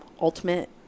ultimate